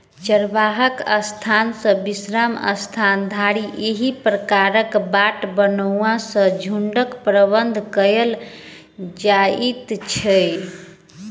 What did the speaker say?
चरबाक स्थान सॅ विश्राम स्थल धरि एहि प्रकारक बाट बनओला सॅ झुंडक प्रबंधन कयल जाइत छै